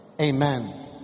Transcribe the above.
Amen